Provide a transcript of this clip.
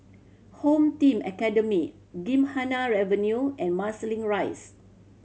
Home Team Academy Gymkhana Avenue and Marsiling Rise